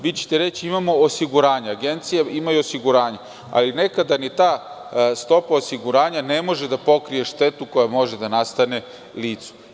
Vi ćete reći – imamo osiguranja, agencije imaju osiguranja, ali nekada ni ta stopa osiguranja ne može da pokrije štetu koja može da nastane licu.